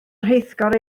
rheithgor